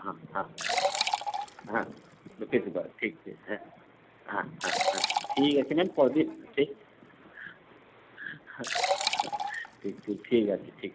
হাঁ হাঁ হ্যাঁ পেতে পারে ঠিক ঠিক হ্যাঁ হাঁ হ্যাঁ হ্যাঁ ঠিক আছে ম্যাম ঠিক হ্যাঁ ঠিক ঠিক ঠিক আছে ঠিক ঠিক